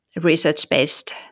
research-based